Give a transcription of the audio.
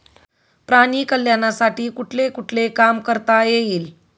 प्राणी कल्याणासाठी कुठले कुठले काम करता येईल?